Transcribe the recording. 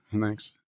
thanks